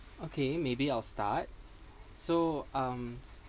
okay maybe I'll start so um